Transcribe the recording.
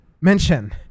mention